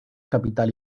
capital